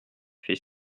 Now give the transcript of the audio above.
fait